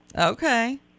okay